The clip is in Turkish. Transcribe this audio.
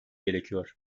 gerekiyor